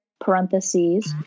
parentheses